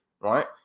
right